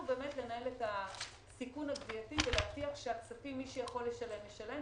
לנהל את הסיכון הגבייתי ולהבטיח שמי שיכול לשלם ישלם,